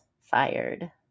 fired